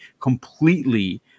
completely